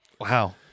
Wow